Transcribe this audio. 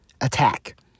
attack